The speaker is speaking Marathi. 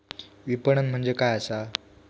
विपणन म्हणजे काय असा?